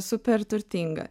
super turtinga